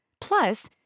Plus